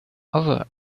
other